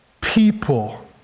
people